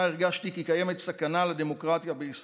הרגשתי שקיימת סכנה לדמוקרטיה בישראל,